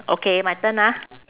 okay my turn ah